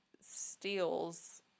steals